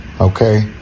Okay